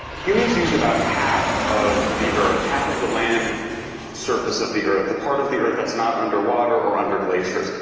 humans use about half of the earth half of the land surface of the earth the part of the earth that's not underwater or under glaciers.